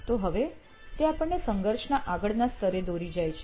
તો હવે તે આપણને સંઘર્ષના આગળના સ્તરે દોરી જાય છે